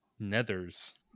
nethers